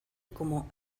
como